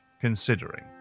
considering